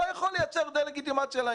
לא יכול לייצר דה-לגיטימציה.